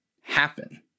happen